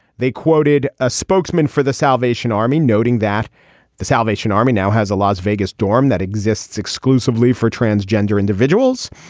they quoted a spokesman for the salvation army noting that the salvation army now has a las vegas dorm that exists exclusively for transgender individuals.